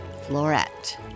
Florette